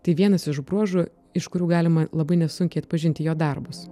tai vienas iš bruožų iš kurių galima labai nesunkiai atpažinti jo darbus